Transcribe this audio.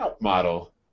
model